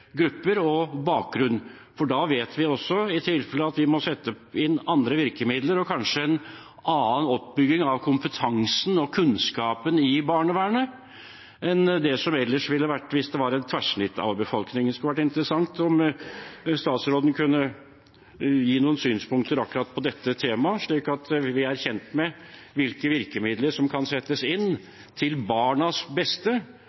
grupper og bakgrunnen deres å gjøre. Da vet vi også at vi må sette inn andre virkemidler og kanskje en annen oppbygging av kompetansen og kunnskapen i barnevernet enn det ville vært hvis det var et tverrsnitt av befolkningen. Det ville være interessant om statsråden kunne gi noen synspunkter på akkurat dette temaet, slik at vi er kjent med hvilke virkemidler som kan settes inn til barnas beste.